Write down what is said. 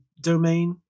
domain